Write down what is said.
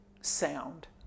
sound